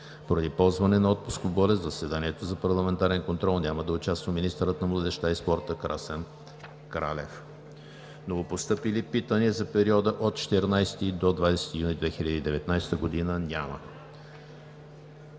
Поради ползване на отпуск по болест в заседанието за парламентарен контрол няма да участва министърът на младежта и спорта Красен Кралев. Новопостъпили питания за периода от 14 до 20 юни 2019 г. няма.